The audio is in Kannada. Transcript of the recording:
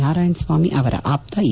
ನಾರಾಯಣಸ್ವಾಮಿ ಅವರ ಆಪ್ತ ಎ